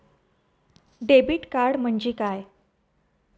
Debit card म्हणजे काय?